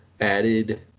added